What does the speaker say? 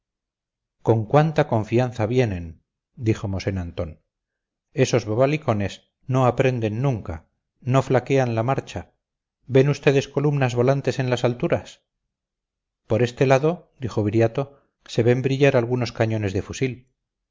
con cuánta confianza vienen dijo mosén antón esos bobalicones no aprenden nunca no flanquean la marcha ven ustedes columnas volantes en las alturas por este lado dijo viriato se ven brillar algunos cañones de fusil